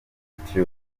institute